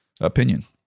opinion